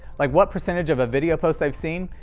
like what percentage of a video post they have seen,